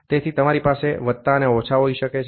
તેથી તમારી પાસે ઓછા અને વત્તા હોઈ શકે છે